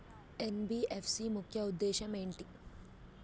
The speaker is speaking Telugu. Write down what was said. ఎన్.బి.ఎఫ్.సి ముఖ్య ఉద్దేశం ఏంటి?